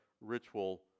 ritual